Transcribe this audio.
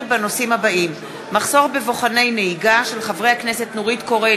בנושא שהעלו חברי הכנסת נורית קורן,